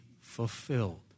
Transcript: fulfilled